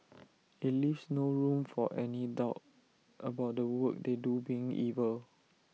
IT leaves no room for any doubt about the work they do being evil